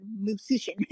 musician